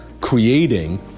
creating